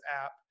app